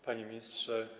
Panie Ministrze!